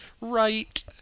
Right